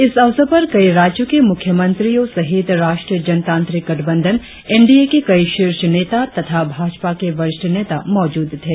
इस अवसर पर कई राज्यों के मुख्यमंत्रियों सहित राष्ट्रीय जनतांत्रिक गठबंधन एन डी ए के कई शीर्ष नेता तथा भाजपा के वरिष्ठ नेता मौजूदा थे